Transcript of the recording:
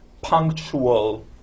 punctual